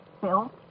Bill